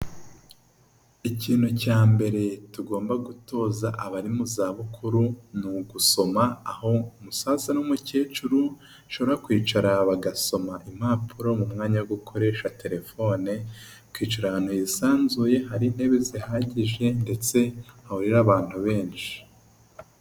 Ikintu cya mbere tugomba gutoza abari mu zabukuru ni ugusoma aho umusaza n'umukecuru banshobora kwicara bagasoma impapuro mu mwanya wo gukoresha telefone bakicarana ahantu hisanzuye hari intebe zihagije ndetse hahurira abantu benshi.